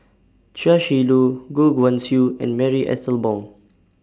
Chia Shi Lu Goh Guan Siew and Marie Ethel Bong